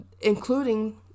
including